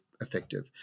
effective